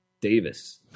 Davis